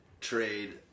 trade